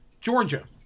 Georgia